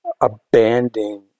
abandoning